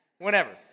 Whenever